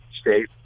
state